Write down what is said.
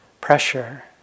pressure